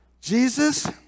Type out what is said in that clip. Jesus